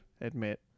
admit